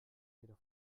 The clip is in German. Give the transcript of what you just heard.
wieder